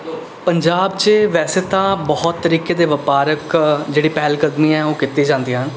ਪੰਜਾਬ 'ਚ ਵੈਸੇ ਤਾਂ ਬਹੁਤ ਤਰੀਕੇ ਦੇ ਵਪਾਰਕ ਜਿਹੜੀ ਪਹਿਲ ਕਦਮੀਆਂ ਉਹ ਕੀਤੀ ਜਾਂਦੀਆਂ ਹਨ